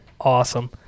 awesome